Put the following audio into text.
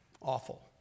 Awful